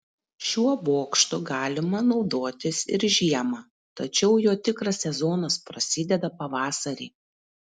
šiuo bokštu galima naudotis ir žiemą tačiau jo tikras sezonas prasideda pavasarį